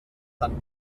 tan